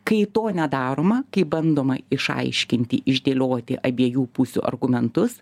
kai to nedaroma kai bandoma išaiškinti išdėlioti abiejų pusių argumentus